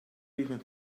even